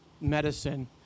medicine